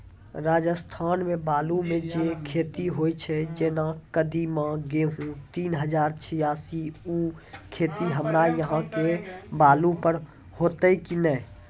राजस्थान मे बालू मे जे खेती होय छै जेना कदीमा, गेहूँ तीन हजार छियासी, उ खेती हमरा यहाँ के बालू पर होते की नैय?